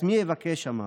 "לעצמי אבקש", אמר,